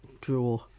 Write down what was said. draw